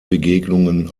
begegnungen